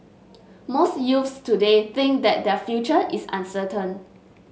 most youths today think that their future is uncertain